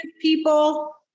People